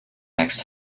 next